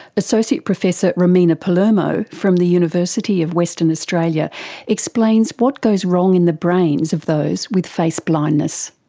associate professor romina palermo from the university of western australia explains what goes wrong in the brains of those with face blindness.